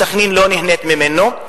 סח'נין לא נהנית ממנו,